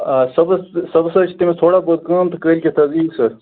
آ صُبَحس صُبحَس حظ چھِ تٔمِس تھوڑا بُہت کٲم تہٕ کٲلۍ کیٚتھ حظ یِیہِ سُہ